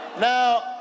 Now